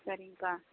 சரிங்க்கா